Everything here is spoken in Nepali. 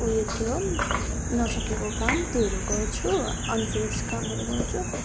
उयो थियो नसकेको काम त्योहरू गर्छु अनफिनिस कामहरू गर्छु